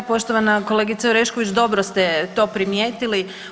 Da, poštovana kolegice Orešković, dobro ste to primijetili.